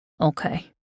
Okay